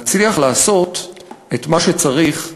נצליח לעשות את מה שצריך,